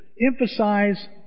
emphasize